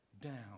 down